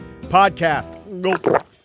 Podcast